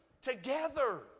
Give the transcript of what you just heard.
together